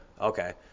Okay